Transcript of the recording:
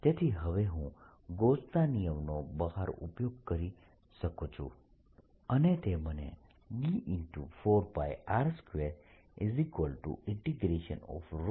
તેથી હવે હું ગૌસના નિયમનો બહાર ઉપયોગ કરી શકું છું અને તે મને D